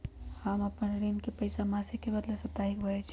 हम अपन ऋण के पइसा मासिक के बदले साप्ताहिके भरई छी